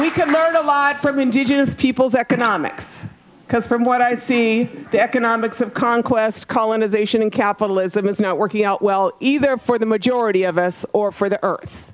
could learn a lot from indigenous peoples economics because from what i see the economics of conquest colonization and capitalism is not working out well either for the majority of us or for the earth